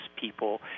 people